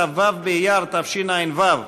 ט"ו באייר תשע"ו,